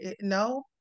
No